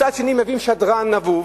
מצד שני מביאים שדרן נבוב,